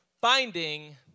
Finding